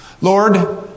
Lord